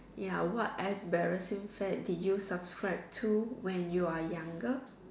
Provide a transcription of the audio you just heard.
ya what embarrassing fad did you subscribed to when you are younger